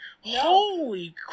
Holy